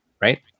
right